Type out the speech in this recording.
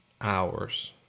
hours